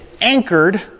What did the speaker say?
anchored